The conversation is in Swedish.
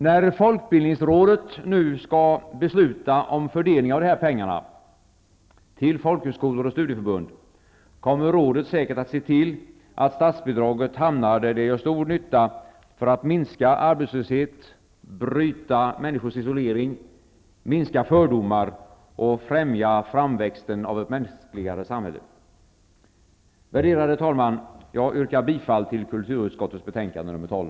När Folkbildningsrådet nu skall besluta om fördelningen av dessa pengar till folkhögskolor och studieförbund kommer rådet säkert att se till att statsbidraget hamnar där det gör stor nytta för att minska arbetslöshet, bryta människors isolering, minska fördomar och främja framväxten av ett mänskligare samhälle. Värderade talman! Jag yrkar bifall till hemställan i kulturutskottets betänkande nr 12.